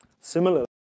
Similarly